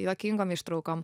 juokingom ištraukom